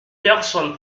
personne